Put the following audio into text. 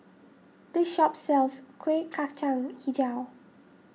this shop sells Kueh Kacang HiJau